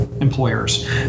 employers